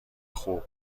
خوب